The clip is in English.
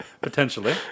Potentially